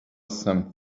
some